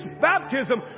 baptism